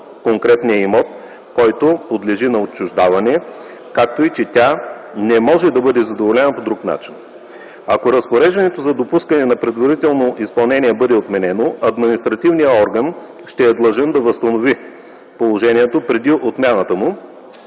конкретния имот, който подлежи на отчуждаване, както и че тя не може да бъде задоволена по друг начин. Ако разпореждането за допускане на предварително изпълнение бъде отменено, административният орган ще е длъжен да възстанови положението преди отмяната му,